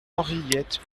henriette